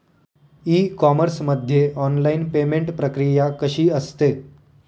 E commerce मध्ये online payment प्रक्रिया कशी असते?